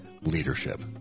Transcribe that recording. leadership